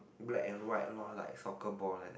black and white loh like soccer ball like that